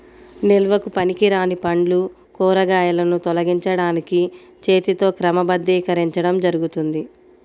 నిల్వకు పనికిరాని పండ్లు, కూరగాయలను తొలగించడానికి చేతితో క్రమబద్ధీకరించడం జరుగుతుంది